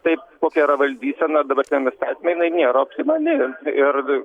taip kokia yra valdysena ir dabartiniam įstatyme jinai nėra optimali ir